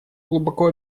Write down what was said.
глубоко